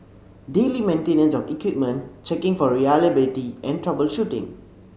daily maintenance of equipment checking for reliability and troubleshooting